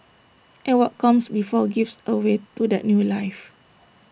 and what comes before gives A way to that new life